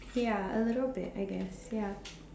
ya a little bit I guess ya